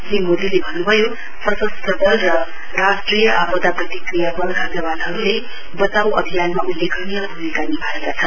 श्री मोदीले भन्नुभयो सशस्त्र वल र राष्ट्रिय आपदा प्रतिक्रिया बलका जवानहरुले वचाउ अभियानका उल्लेखनीय भूमिका निभाएका छन्